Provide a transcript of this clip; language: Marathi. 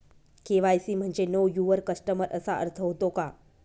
के.वाय.सी म्हणजे नो यूवर कस्टमर असा अर्थ होतो का?